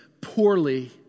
poorly